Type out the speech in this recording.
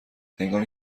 هنگامی